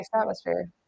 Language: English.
atmosphere